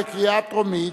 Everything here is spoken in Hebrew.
בקריאה טרומית.